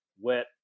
wet